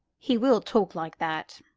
he will talk like that.